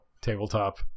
tabletop